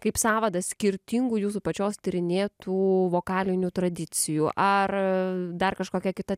kaip sąvadas skirtingų jūsų pačios tyrinėtų vokalinių tradicijų ar dar kažkokia kita